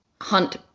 hunt